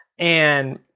and,